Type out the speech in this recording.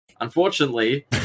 unfortunately